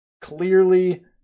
Clearly